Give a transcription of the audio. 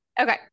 Okay